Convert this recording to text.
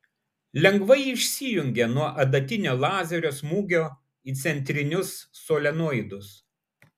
lengvai išsijungia nuo adatinio lazerio smūgio į centrinius solenoidus